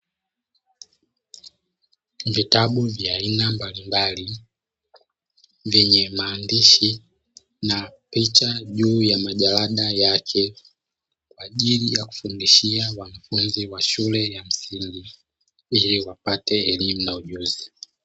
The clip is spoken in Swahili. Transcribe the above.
Vitabu vya aina mbalimbali, vyenye maandishi na picha juu ya majalada yake kwa ajili ya kufundishia wanafunzi wa shule ya msingi ili wapate elimu na ujuzi.